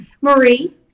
Marie